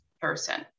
person